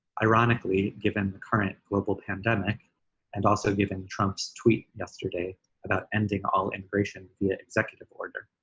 ironically, given the current global pandemic and also given trump's tweet yesterday about ending all immigration via executive order,